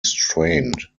strained